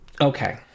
okay